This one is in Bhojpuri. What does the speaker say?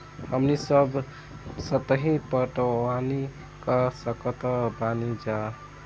हमनी सब सतही पटवनी क सकतऽ बानी जा